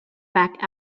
back